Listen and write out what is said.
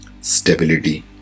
stability